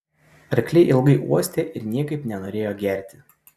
arkliai ilgai uostė ir niekaip nenorėjo gerti